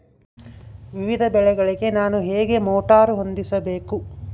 ವಿವಿಧ ಬೆಳೆಗಳಿಗೆ ನಾನು ಹೇಗೆ ಮೋಟಾರ್ ಹೊಂದಿಸಬೇಕು?